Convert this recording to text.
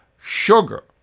Sugar